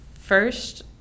first